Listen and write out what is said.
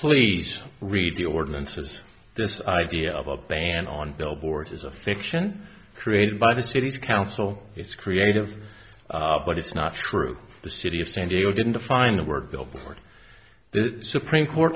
please read the ordinances this idea of a ban on billboards is a fiction created by the city council it's creative but it's not true the city of san diego didn't define the word billboard the supreme court